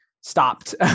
stopped